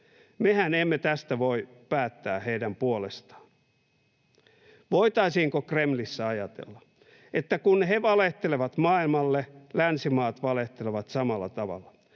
Mehän emme tästä voi päättää heidän puolestaan. Voitaisiinko Kremlissä ajatella. että kun he valehtelevat maailmalle, länsimaat valehtelevat samalla tavalla?